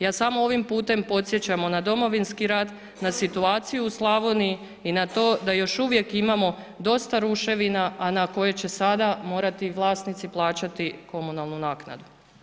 Ja samo ovim putem podsjećam na Domovinski rat, na situaciju u Slavoniji i na to da još uvijek imamo dosta ruševina, a na koje će sada morati vlasnici plaćati komunalnu naknadu.